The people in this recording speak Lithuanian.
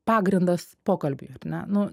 pagrindas pokalbiui ar ne nu